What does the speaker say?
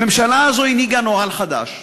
הממשלה הזאת הנהיגה נוהל חדש: